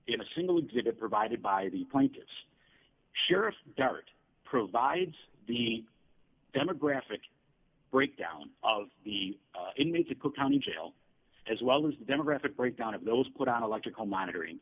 in a single exhibit provided by the plaintiffs sheriff dart provides the demographic breakdown of the inmate the cook county jail as well as the demographic breakdown of those put on electrical monitoring